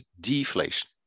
deflation